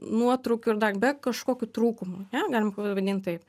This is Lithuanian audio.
nuotrūkių ir da be kažkokių trūkumų ane galim pavadint taip